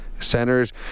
centers